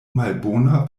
malbona